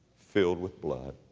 filled with blood,